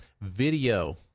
video